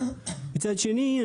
מצד שני,